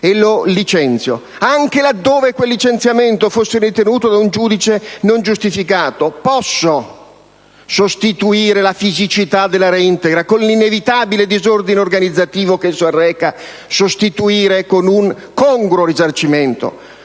sarà licenziato, e, anche laddove quel licenziamento fosse ritenuto da un giudice non giustificato, può sostituire la fisicità del reintegro, con l'inevitabile disordine organizzativo che esso arreca, con un congruo risarcimento?